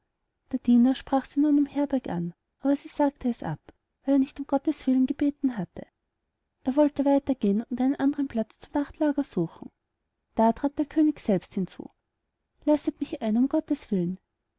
der diener sprach sie nun um herberg an aber sie sagte es ab weil er nicht um gotteswillen gebeten hatte er wollte weiter gehen und einen andern platz zum nachtlager suchen da trat der könig selbst hinzu lasset mich ein um gotteswillen